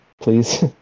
please